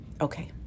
Okay